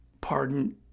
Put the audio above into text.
pardon